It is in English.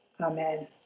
Amen